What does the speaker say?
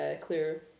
clear